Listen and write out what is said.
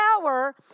power